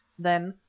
then,